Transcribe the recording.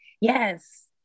yes